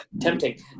tempting